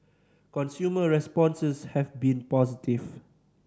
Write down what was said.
consumer responses have been positive